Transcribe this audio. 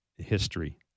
history